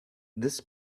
this